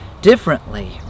differently